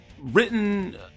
written